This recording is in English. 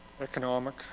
economic